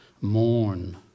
mourn